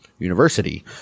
university